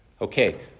Okay